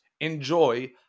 Enjoy